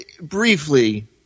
briefly